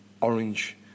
orange